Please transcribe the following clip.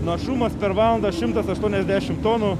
našumas per valandą šimtas aštuoniasdešim tonų